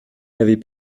n’avez